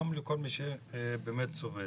גם לכל מי שבאמת סובל.